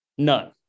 None